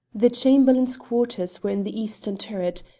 the chamberlain's quarters were in the eastern turret,